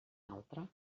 altre